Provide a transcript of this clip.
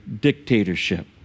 dictatorship